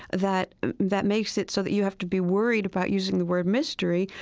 that that makes it so that you have to be worried about using the word mystery,